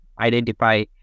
identify